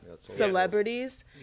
celebrities